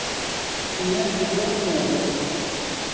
ᱤᱧᱟᱹᱜ ᱜᱤᱫᱽᱨᱟᱹ ᱩᱢᱮᱨ ᱨᱮ